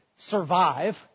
survive